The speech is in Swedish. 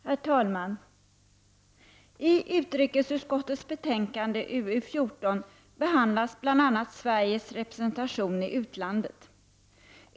Herr talman! I utrikesutskottets betänkande UU14 behandlas bl.a. Sveriges representation i utlandet.